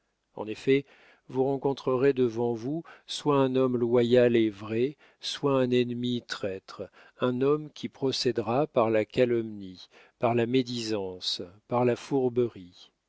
en effet vous rencontrerez devant vous soit un homme loyal et vrai soit un ennemi traître un homme qui procédera par la calomnie par la médisance par la fourberie